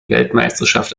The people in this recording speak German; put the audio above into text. weltmeisterschaft